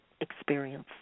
experience